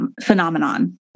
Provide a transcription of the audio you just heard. phenomenon